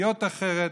להיות אחרת.